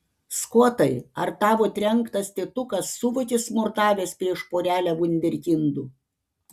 skotai ar tavo trenktas tėtukas suvokė smurtavęs prieš porelę vunderkindų